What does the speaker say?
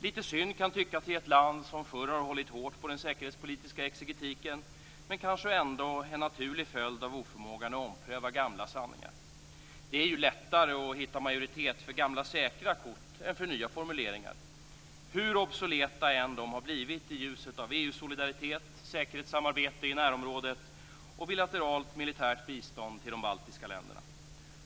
Det kan tyckas vara lite synd i ett land som förr har hållit hårt på den säkerhetspolitiska exegetiken men kanske ändå en naturlig följd av oförmåga att ompröva gamla sanningar. Det är ju lättare att hitta majoritet för gamla säkra kort än för nya formuleringar hur obsoleta de än har blivit i ljuset av EU solidaritet, säkerhetssamarbete i närområdet och bilateralt militärt bistånd till de baltiska länderna.